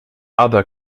other